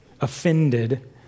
offended